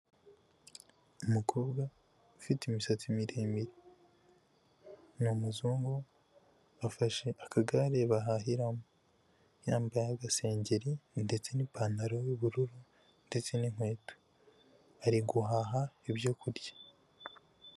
Umukobwa ufite imisatsi miremire. Ni umuzungu afashe akagare bahahiramo yambaye agasengeri ndetse n'ipantaro y'ubururu ndetse n'inkweto ari guhaha ibyo kurya.